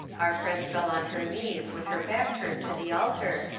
our friend fell on her knees with her back turned to the altar,